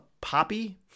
Poppy